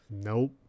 Nope